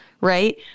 right